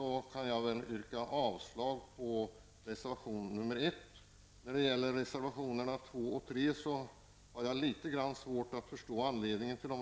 Därmed kan jag yrka avslag på reservation nr 1. Jag har svårt att förstå anledningen till reservationerna nr 2 och 3, eftersom skatteutskottet vill skjuta på ikraftträdandet med ett år.